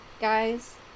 guys